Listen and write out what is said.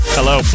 Hello